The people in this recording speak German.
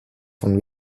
von